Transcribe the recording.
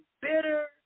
bitter